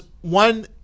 one